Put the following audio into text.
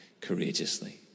courageously